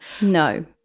No